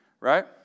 Right